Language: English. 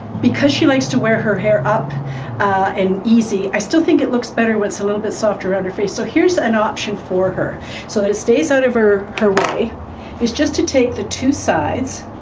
because she likes to wear her hair up and easy i still think it looks better when it's a little bit softer on her face so here's an option for her so that it stays out of her her way is just to take the two sides